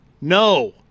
No